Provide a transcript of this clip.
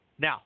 now